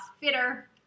fitter